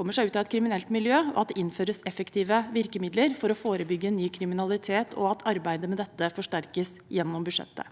kommer seg ut av et kriminelt miljø, at det innføres effektive virkemidler for å forebygge ny kriminalitet, og at arbeidet med dette forsterkes gjennom budsjettet.